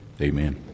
Amen